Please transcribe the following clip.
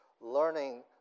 learning